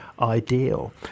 ideal